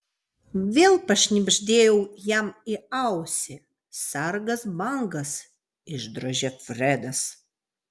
vėl pašnibždėjau jam į ausį sargas bangas išdrožė fredas